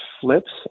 flips